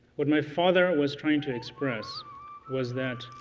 what my father was trying to express was that